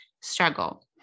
struggle